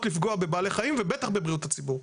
לפגוע בבעלי חיים ובטח בבריאות הציבור.